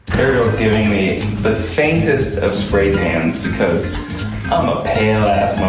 ariel's giving me the faintest of spray tans because i'm a pale ass